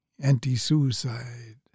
anti-suicide